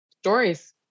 Stories